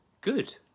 good